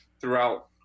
throughout